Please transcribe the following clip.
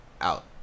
Out